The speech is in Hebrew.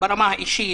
ברמה האישית,